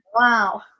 Wow